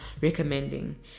recommending